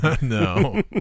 No